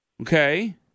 Okay